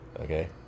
Okay